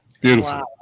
Beautiful